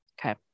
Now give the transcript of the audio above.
Okay